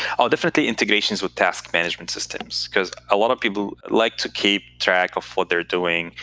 oh, definitely integrations with task management systems. because a lot of people like to keep track of what they're doing,